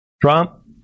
Trump